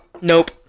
Nope